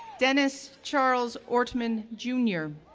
dennis charles ortman jr,